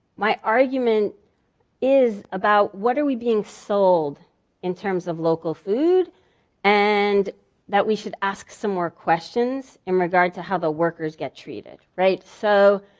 my argument is about what are we being sold in terms of local food and that we should ask some more questions in regard to how the workers get treated. so,